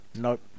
Nope